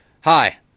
Hi